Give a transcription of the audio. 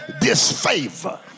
disfavor